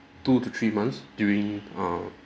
two to three months during err